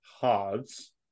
hards